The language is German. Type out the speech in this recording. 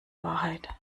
wahrheit